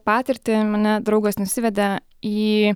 patirtį mane draugas nusivedė į